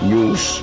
News